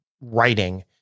writing